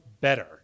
better